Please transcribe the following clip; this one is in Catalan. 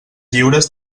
lliures